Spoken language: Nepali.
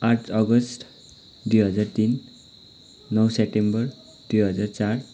आठ अगस्त दुई हजार तिन नौ सेप्टेम्बर दुई हजार चार